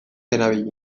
erabili